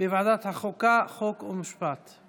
התשפ"ב 2021, לוועדת החוקה, חוק ומשפט נתקבלה.